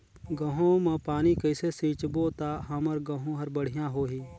गहूं म पानी कइसे सिंचबो ता हमर गहूं हर बढ़िया होही?